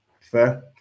Fair